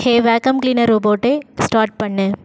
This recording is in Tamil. ஹேய் வாக்யூம் கிளீனர் ரோபோட்டை ஸ்டார்ட் பண்ணு